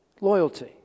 Loyalty